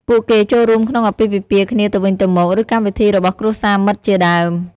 ពួកគេចូលរួមក្នុងអាពាហ៍ពិពាហ៍គ្នាទៅវិញទៅមក ឬកម្មវិធីរបស់គ្រួសារមិត្តជាដើម។។